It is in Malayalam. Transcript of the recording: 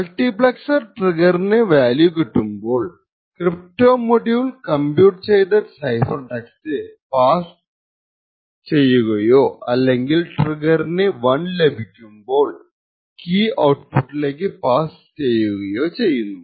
മൾട്ടിപ്ലെക്സർ ട്രിഗ്ഗറിന് 0 വാല്യൂ കിട്ടുമ്പോൾ ക്രിപ്റ്റോ മൊഡ്യൂൾ കംപ്യൂട്ട് ചെയ്ത സൈഫർ ടെക്സ്റ്റ് പാസ്സ് ചെയ്യുകയോ അല്ലെങ്കിൽ ട്രിഗ്ഗറിന് 1 ലഭിക്കുമ്പോൾ കീ ഔട്പുട്ടിലേക്കു പാസ്സ് ചെയ്യുകയോ ചെയ്യുന്നു